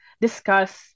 discuss